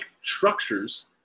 structures